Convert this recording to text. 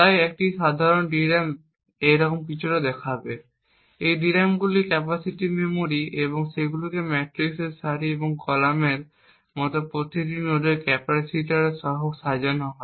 তাই একটি সাধারণ DRAM দেখতে এইরকম কিছু দেখাবে এই DRAMগুলি ক্যাপাসিটিভ মেমরি এবং সেগুলিকে এই ম্যাট্রিক্সে সারি এবং কলামের মতো প্রতিটি নোডে ক্যাপাসিটর সহ সাজানো হয়